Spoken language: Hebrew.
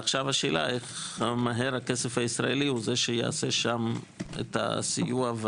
עכשיו השאלה איך מהר הכסף הישראלי יעשה שם את הסיוע,